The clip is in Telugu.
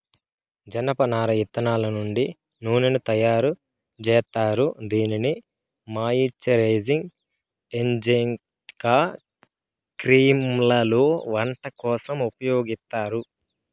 జనపనార ఇత్తనాల నుండి నూనెను తయారు జేత్తారు, దీనిని మాయిశ్చరైజింగ్ ఏజెంట్గా క్రీమ్లలో, వంట కోసం ఉపయోగిత్తారు